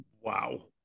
Wow